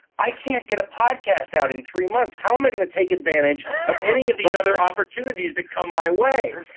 i can't get a podcast out in three months how am i going to take advantage of any of these other opportunities that come my way?